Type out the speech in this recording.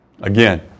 Again